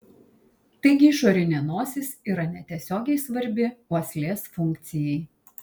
taigi išorinė nosis yra netiesiogiai svarbi uoslės funkcijai